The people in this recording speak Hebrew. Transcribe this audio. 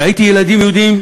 ראיתי ילדים יהודים,